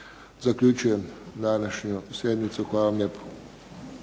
Zaključujem današnju sjednicu. Hvala vam lijepo.